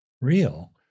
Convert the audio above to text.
real